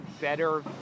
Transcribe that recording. better